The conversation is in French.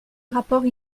rapport